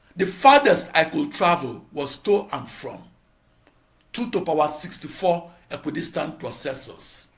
the farthest i could travel was to and from two-to-power sixty-four equidistant processors.